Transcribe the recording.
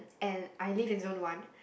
and I live in zone one